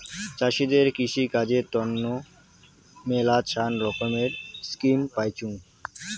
চাষীদের কৃষিকাজের তন্ন মেলাছান রকমের স্কিম পাইচুঙ